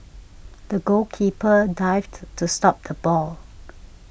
the goalkeeper dived to stop the ball